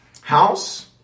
house